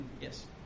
Yes